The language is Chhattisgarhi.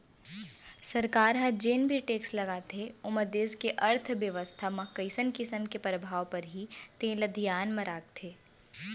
सरकार ह जेन भी टेक्स लगाथे ओमा देस के अर्थबेवस्था म कइसन किसम के परभाव परही तेन ल धियान म राखथे